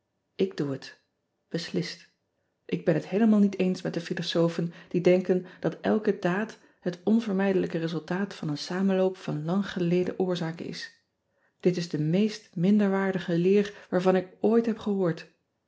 k doe het eslist k ben het heelemaal niet eens met de filosofen die denken dat elke daad het onvermijdelijke resultaat van een samenloop van lang geleden oorzaken is it is de meest minderwaardige leer waarvan ik ooit heb gehoord